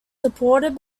supported